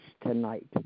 tonight